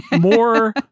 more